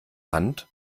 hand